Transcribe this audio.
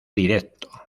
directo